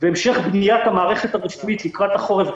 והמשך בניית המערכת הרפואית לקראת החורף,